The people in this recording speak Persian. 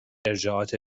ارجاعات